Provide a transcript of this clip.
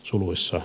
suluissa